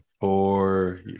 four